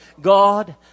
God